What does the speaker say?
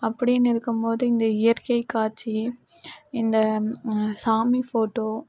அப்படின்னு இருக்கும்போது இந்த இயற்கைக்காட்சி இந்த சாமி ஃபோட்டோ